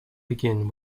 begin